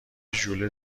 ژوله